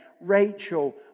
Rachel